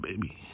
baby